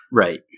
Right